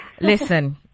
listen